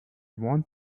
want